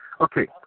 Okay